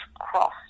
cross